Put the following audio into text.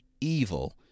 evil